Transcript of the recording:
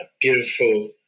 beautiful